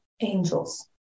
Angels